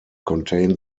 contain